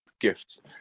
gifts